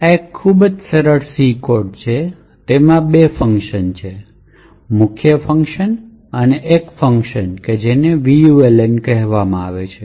આ એક ખૂબ જ સરળ C કોડ છે તેમાં બે કાર્યો છે મુખ્ય કાર્ય અને એક ફંકશન જેને vuln કહેવામાં આવે છે